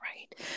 right